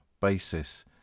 basis